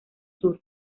sur